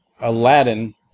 Aladdin